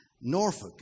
Norfolk